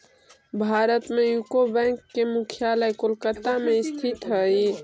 भारत में यूको बैंक के मुख्यालय कोलकाता में स्थित हइ